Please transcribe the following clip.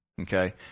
Okay